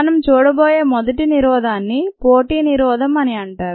మనం చూడబోయే మొదటి నిరోధాన్ని పోటీ నిరోధం అని అంటారు